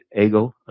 ego